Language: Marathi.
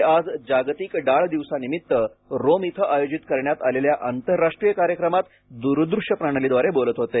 ते आज जागतिक डाळ दिवसानिमित्त रोम इथं आयोजित करण्यात आलेल्या आंतरराष्ट्रीय कार्यक्रमात दूरदृश्य प्रणालीद्वारे बोलत होते